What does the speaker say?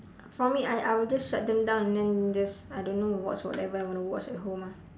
for me I I will just shut them down and then just I don't know whatsoever I want to watch at home ah